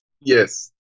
Yes